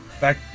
back